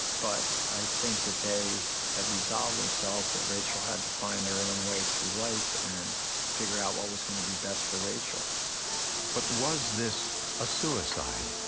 but i think that they had resolved themselves that rachel had to find her own way through life and figure out what was gonna be best for rachel. narrator but was this a suicide?